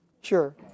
sure